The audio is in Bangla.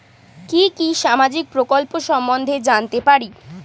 কি কি সামাজিক প্রকল্প সম্বন্ধে জানাতে পারি?